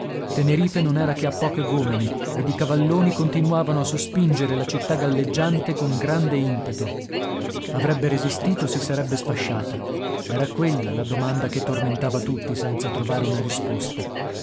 tenerife non era che a poche gomene ed i cavalloni continuavano a sospingere la città galleggiante con grande impeto avrebbe resistito o si sarebbe sfasciata era quella la domanda che tormentava tutti senza trovare una risposta